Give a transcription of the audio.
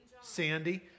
Sandy